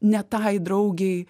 ne tai draugei